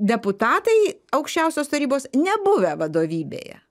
deputatai aukščiausios tarybos nebuvę vadovybėje